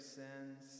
sins